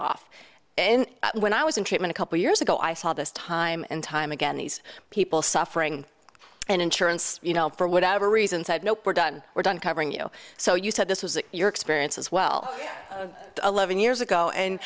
off when i was in treatment a couple years ago i saw this time and time again these people suffering and insurance you know for whatever reason said nope we're done we're done covering you so you said this was your experience as well eleven years ago and